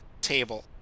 table